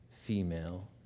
female